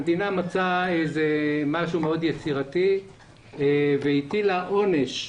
המדינה מצאה משהו מאוד יצירתי והטילה עונש.